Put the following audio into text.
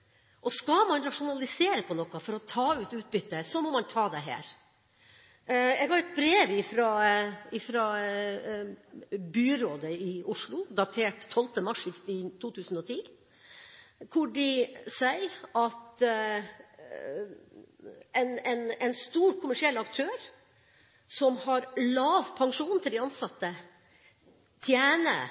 ansatte. Skal man rasjonalisere noe for å ta ut utbytte, må man ta det her. Jeg har et brev fra byrådet i Oslo, datert 12. mars i 2010, hvor de sier at en stor kommersiell aktør som har lav pensjon til de ansatte, tjener